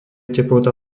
teplota